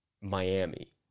Miami